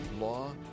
Law